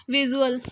visual